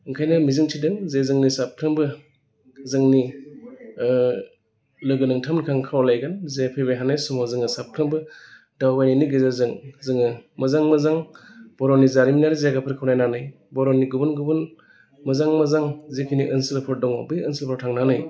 ओंखायनो मिजिंथिदों जे जोंनि साफ्रोमबो जोंनि लोगो नोंथांमोनखौ खावलायगोन जे फैबायथानाय समाव जोङो साफ्रोमबो दावबायनायनि गेजेरजों जोङो मोजां मोजां बर'नि जारिमिनारि जायगाफोरखौ नायनानै बर'नि गुबुन गुबुन मोजां मोजां जिखिनि ओनसोलफोर दङ बै ओनसोलफोराव थांनानै